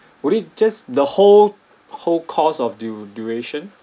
would it just the whole whole cost of du~ duration